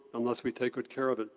unless we take good care of it.